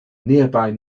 nearby